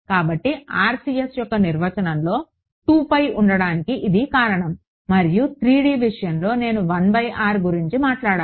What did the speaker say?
కాబట్టి RCS యొక్క నిర్వచనంలో ఉండడానికి ఇది కారణం మరియు 3 D విషయంలో నేను గురించి మాట్లాడాలి